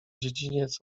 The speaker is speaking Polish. dziedziniec